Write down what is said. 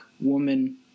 woman